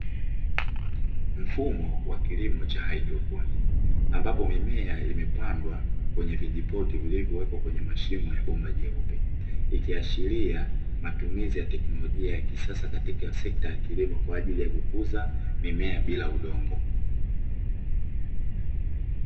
Mfumo wa kilimo cha haidroponi, ambapo mimea imepandwa kwenye vijipoti vilivyowekwa kwenye mashimo meupe, ikiashiria matumizi ya teknolojia ya kisasa katika sekta ya kilimo kwa ajili ya kukuza mimea bila udongo.